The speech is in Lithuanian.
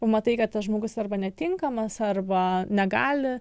pamatai kad tas žmogus arba netinkamas arba negali